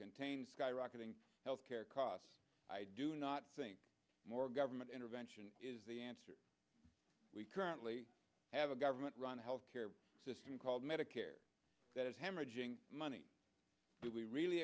contain skyrocketing health care costs i do not think more government intervention is the answer we currently have a government run health care system called medicare that is hemorrhaging money do we really